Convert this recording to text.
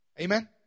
Amen